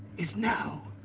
is now.